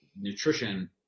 nutrition